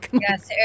Yes